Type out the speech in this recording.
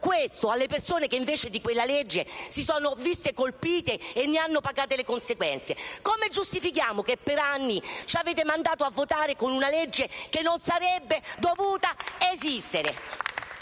questo alle persone che, invece, da quella legge sono state colpite e ne hanno pagato le conseguenze? Come giustifichiamo che per anni ci avete mandato a votare con una legge che non sarebbe dovuta esistere?